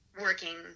working